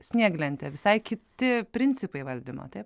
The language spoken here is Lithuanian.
snieglente visai kiti principai valdymo taip